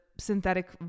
synthetic